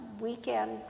weekend